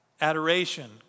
adoration